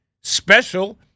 special